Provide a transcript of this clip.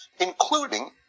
including